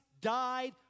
died